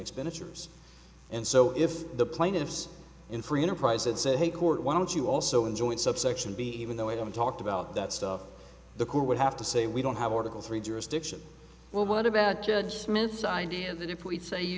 expenditures and so if the plaintiffs in free enterprise it's a court why don't you also enjoyed subsection b even though we don't talk about that stuff the court would have to say we don't have order the three jurisdiction well what about judge smith's idea that if we fail you